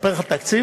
אספר לך על התקציב?